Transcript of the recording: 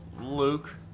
Luke